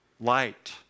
light